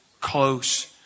close